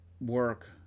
work